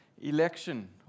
election